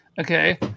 okay